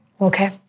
Okay